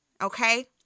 okay